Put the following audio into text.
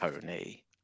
Tony